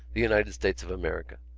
the united states of america.